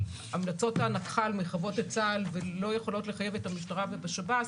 שהמלצות הנקח"ל מחייבות את צה"ל ולא יכולות לחייב את המשטרה והשב"ס,